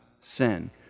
sin